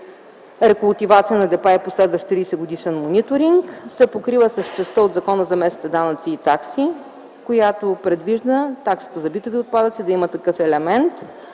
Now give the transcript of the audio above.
рекултивация на депа и последващ 30-годишен мониторинг. Тя се покрива с частта от Закона за местните данъци и такси, която предвижда таксата за битови отпадъци да има такъв елемент.